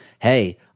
Hey